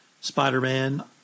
Spider-Man